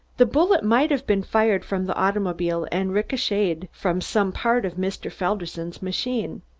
the bullet might have been fired from the automobile and ricochetted from some part of mr. felderson's machine.